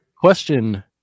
Question